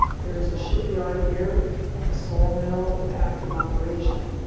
there is a ship-yard here and a sawmill in active operation,